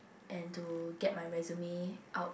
and to get my resume out